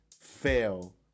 fail